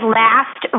last